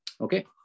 okay